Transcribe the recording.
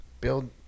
Build